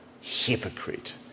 hypocrite